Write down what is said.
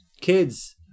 Kids